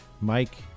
mike